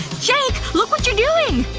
jake! look what you're doing!